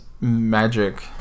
magic